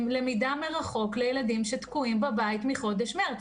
למידה מרחוק לילדים שתקועים בבית מחודש מרץ.